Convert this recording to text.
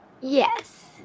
Yes